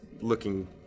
looking